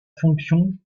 fonction